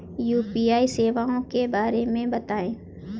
UPI सेवाओं के बारे में बताएँ?